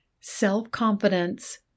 Self-confidence